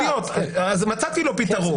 --- מצאתי לו פתרון.